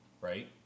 right